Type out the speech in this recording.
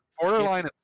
borderline